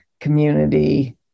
community